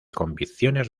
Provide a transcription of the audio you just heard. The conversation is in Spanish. convicciones